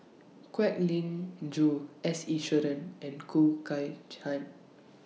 Kwek Leng Joo S Iswaran and Khoo Kay